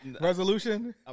resolution